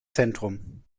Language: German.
zentrum